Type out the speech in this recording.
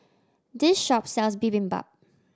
this shop sells Bibimbap